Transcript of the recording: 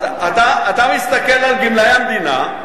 אתה מסתכל על גמלאי המדינה,